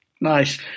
Nice